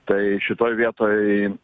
tai šitoj vietoj